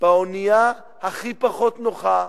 באונייה הכי פחות נוחה,